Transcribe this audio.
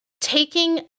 taking